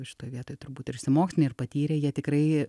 šitoj vietoj turbūt ir išsimokslinę ir patyrę jie tikrai